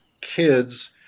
kids